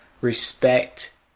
respect